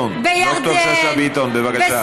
בלבנון, חברת הכנסת שאשא ביטון, בבקשה.